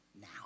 now